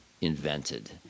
invented